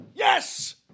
Yes